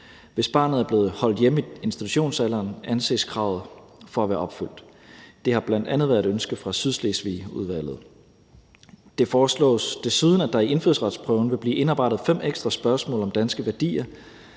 Hvis barnet er blevet holdt hjemme i institutionsalderen, anses kravet for at være opfyldt. Det har bl.a. været et ønske fra Sydslesvigudvalget. Det foreslås desuden, at der i indfødsretsprøven vil blive indarbejdet fem ekstra spørgsmål om danske værdier,